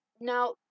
Now